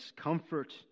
comfort